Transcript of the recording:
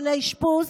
לפני אשפוז,